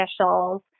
officials